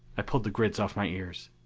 i pulled the grids off my ears.